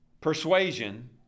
persuasion